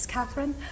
Catherine